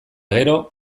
gero